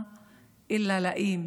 ומתרגמת:)